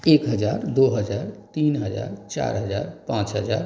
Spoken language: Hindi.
एक हज़ार दो हज़ार तीन हज़ार चार हज़ार पाँच हज़ार